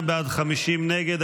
32 בעד, 50 נגד.